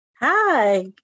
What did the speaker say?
Hi